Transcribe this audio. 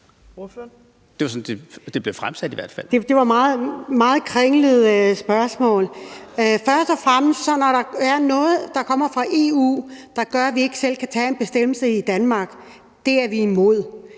Det var et meget kringlet spørgsmål. Først og fremmest er vi imod det, når der er noget, der kommer fra EU, der gør, at vi ikke selv kan lave en bestemmelse i Danmark. Vi vil